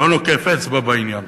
לא נוקף אצבע בעניין.